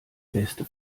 beste